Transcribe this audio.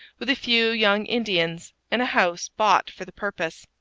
with a few young indians, in a house bought for the purpose.